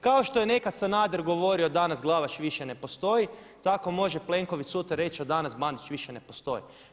Kao što je nekad Sanader govorio danas Glavaš više ne postoji, tako može Plenković sutra reći od danas Bandić više ne postoji.